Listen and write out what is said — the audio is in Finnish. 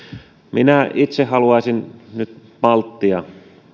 minä itse haluaisin nyt malttia